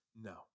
No